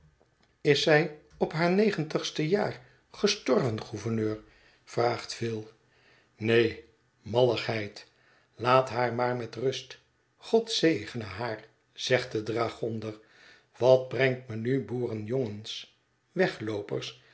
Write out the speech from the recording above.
is zij op haar negentigste jaar gestorven gouverneur vraagt phil neen malligheid laat haar maar met rust god zegene haar zegt de dragonder wat brengt me nu boerenjongens wegloopers